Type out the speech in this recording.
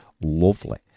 lovely